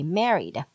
married